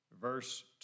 Verse